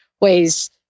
ways